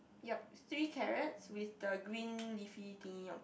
yup three carrots with the green leafy thingy on top